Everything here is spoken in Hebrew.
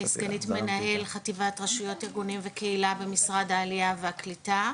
אני סגנית מנהל חטיבת רשויות ארגונים וקהילה במשרד העלייה והקליטה,